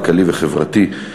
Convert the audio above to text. כלכלי וחברתי,